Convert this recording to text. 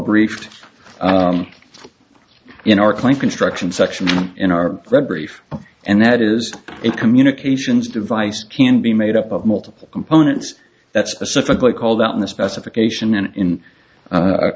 briefed in our class construction section in our red grief and that is in communications device can be made up of multiple components that's specifically called out in the specification and in